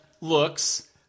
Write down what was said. looks